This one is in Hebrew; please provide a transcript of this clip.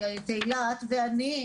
תהילה ואנוכי,